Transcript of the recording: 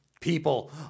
people